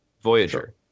Voyager